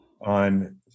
on